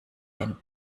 denn